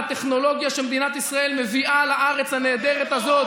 והטכנולוגיה שמדינת ישראל מביאה לארץ הנהדרת הזאת